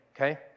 okay